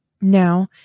Now